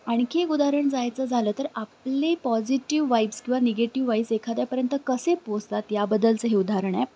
आणखी एक उदाहरण जायचं झालं तर आपले पॉझिटिव्ह वाइब्ज किंवा निगेटिव्ह वाईज एखाद्यापर्यंत कसे पोचतात याबद्दलचं हे उदाहरण आहे